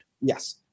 Yes